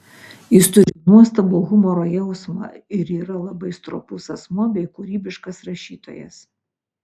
jis turi nuostabų humoro jausmą ir yra labai stropus asmuo bei kūrybiškas rašytojas